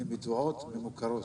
הן ידועות ומוכרות.